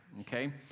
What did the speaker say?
okay